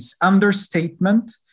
understatement